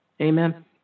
Amen